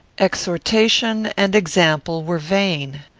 exhortation and example were vain.